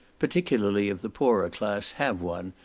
particularly of the poorer class, have one,